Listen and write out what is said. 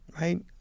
right